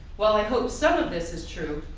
while i hope some of this is true,